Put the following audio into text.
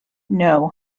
know